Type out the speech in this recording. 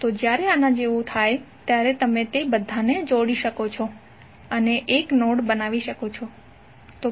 તો જ્યારે આના જેવું થાય છે ત્યારે તમે તે બધાને જોડી શકો છો અને એક નોડ બનાવી શકો છો